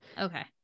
Okay